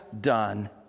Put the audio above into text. done